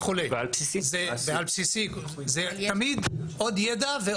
ולכן צריכה להיות התייחסות למה מותר לפרמדיק צבאי